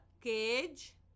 cage